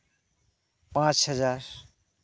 ᱯᱟᱸᱪ ᱦᱟᱡᱟᱨ